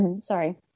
sorry